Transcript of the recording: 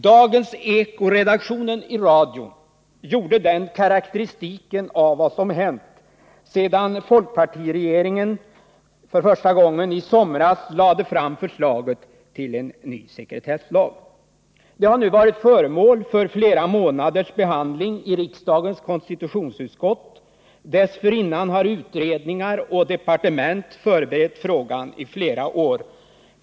Dagens eko-redaktionen gjorde denna karakteristik av vad som hänt sedan folkpartiregeringen i somras för första gången lade fram förslaget till ny sekretesslag. Detta har varit föremål för flera månaders behandling i riksdagens konstitutionsutskott. Dessförinnan har utredningar och departement förberett frågan i flera år.